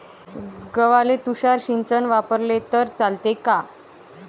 गव्हाले तुषार सिंचन वापरले तर चालते का?